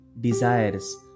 desires